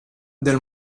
del